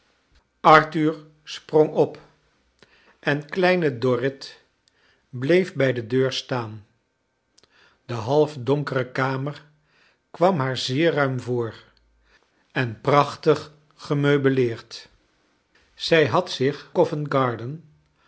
arthur sprong op en kloine dorrit bleef bij de deur staan de halfdonkere kamer kwam liaar zeer ruim voor en prachtig gemubeleerd zij had zich covent garden